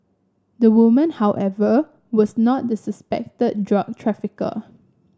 the woman however was not the suspected drug trafficker